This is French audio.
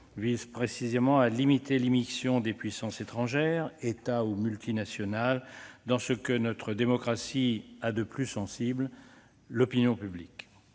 vise précisément à limiter l'immixtion de puissances étrangères, États ou multinationales, dans ce que notre démocratie a de plus sensible : l'opinion publique.